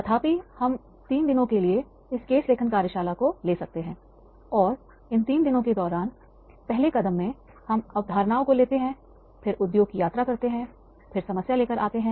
तथापि हम 3 दिनों के लिए इस केस लेखन कार्यशाला को ले सकते हैं और इन 3 दिनों के दौरान पहले कदम में हम अवधारणाओं को लेते हैं फिर उद्योग की यात्रा करते हैं फिर समस्या लेकर आते हैं